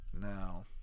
Now